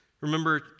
Remember